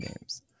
games